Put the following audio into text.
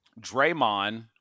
Draymond